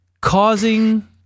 causing